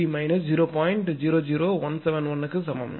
00171 க்கு சமம்